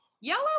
Yellow